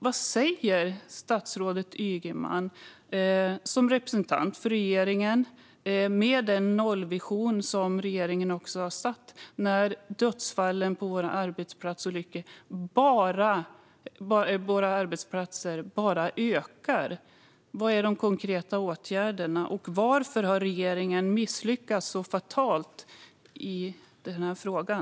Vad säger statsrådet Ygeman, som representant för regeringen och den nollvision som regeringen har satt upp, när dödsfallen och olyckorna på våra arbetsplatser bara ökar? Var är de konkreta åtgärderna? Varför har regeringen misslyckats så fatalt i frågan?